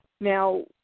Now